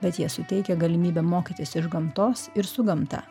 bet jie suteikia galimybę mokytis iš gamtos ir su gamta